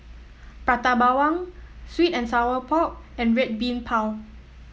Prata Bawang Sweet and Sour Pork and Red Bean Bao